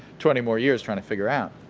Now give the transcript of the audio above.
twenty more years trying to figure out.